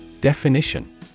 Definition